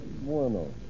Bueno